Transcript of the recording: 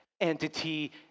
entity